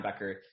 linebacker